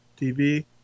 tv